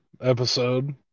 episode